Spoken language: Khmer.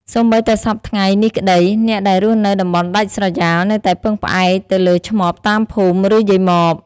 សូម្បីតែសព្វថ្ងៃនេះក្ដី អ្នកដែលរស់នៅតំបន់ដាច់ស្រយាលនៅតែពឹងផ្អែកទៅលើឆ្មបតាមភូមិ ឬ យាយម៉ប។